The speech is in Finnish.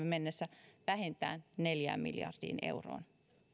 mennessä vähintään neljään miljardiin euroon